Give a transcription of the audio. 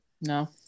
No